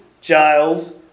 Giles